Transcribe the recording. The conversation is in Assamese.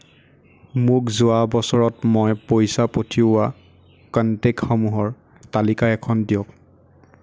মোক যোৱা বছৰত মই পইচা পঠিওৱা কণ্টেক্টসমূহৰ তালিকা এখন দিয়ক